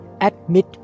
Admit